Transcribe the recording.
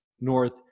North